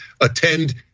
attend